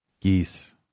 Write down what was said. geese